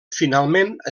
finalment